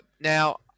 Now